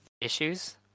issues